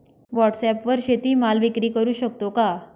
व्हॉटसॲपवर शेती माल विक्री करु शकतो का?